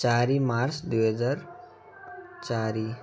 ଚାରି ମାର୍ଚ୍ଚ ଦୁଇ ହଜାର ଚାରି